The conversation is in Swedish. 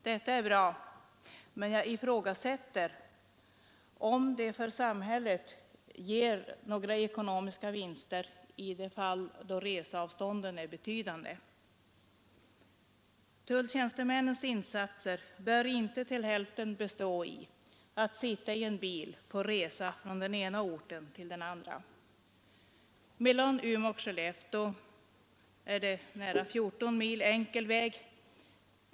Detta är bra, men jag ifrågasätter om det ger samhället några ekonomiska vinster i de fall då resavstånden är betydande. Tulltjänstemännens insatser bör inte till hälften bestå i att sitta i en bil på resa från den ena orten till den andra. Mellan Umeå och Skellefteå är det nära 14 mil enkel väg.